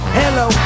hello